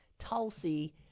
Tulsi